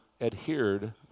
adhered